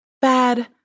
bad